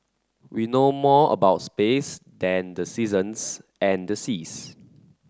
we know more about space than the seasons and the seas